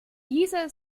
diese